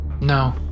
No